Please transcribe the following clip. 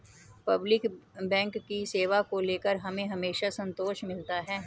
public bank की सेवा को लेकर हमें हमेशा संतोष मिलता है